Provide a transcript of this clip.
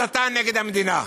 הסתה נגד המדינה?